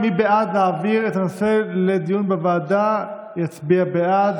מי שבעד להעביר את הנושא לדיון בוועדה, יצביע בעד.